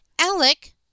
Alec